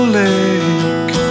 lake